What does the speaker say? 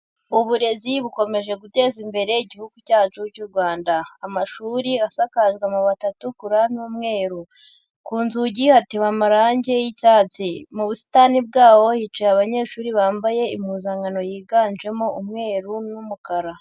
Uburezi bukomeje guteza imbere Igihugu cyacu cy'u Rwanda. Amashuri asakajwe amabati atukura n'umweru. Ku nzugi hatewe amarangi y'icyatsi. Mu busitani bwabo hicaye abanyeshuri bambaye impuzankano yiganjemo umweru n'umukara.